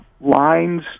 lines